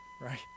Right